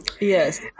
yes